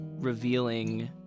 revealing